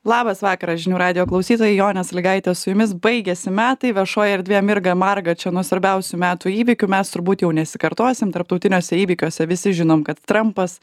labas vakaras žinių radijo klausytojai jonė salygaitė su jumis baigiasi metai viešoji erdvė mirga marga čia nuo svarbiausių metų įvykių mes turbūt jau nesikartosim tarptautiniuose įvykiuose visi žinom kad trampas